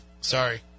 sorry